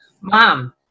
Mom